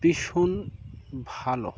ভীষণ ভালো